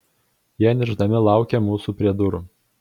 jie niršdami laukė mūsų prie durų